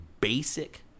basic